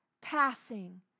Passing